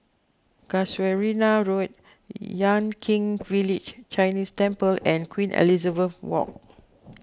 Casuarina Road Yan Kit Village Chinese Temple and Queen Elizabeth Walk